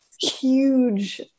huge